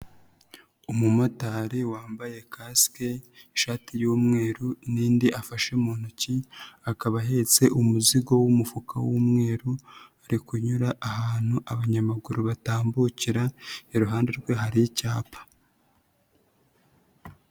Umumotari wambaye kasike, ishati y'umweru n'indi afashe mu ntoki, akaba ahetse umuzigo w'umufuka w'umweru, ari kunyura ahantu abanyamaguru batambukira, iruhande rwe hari icyapa.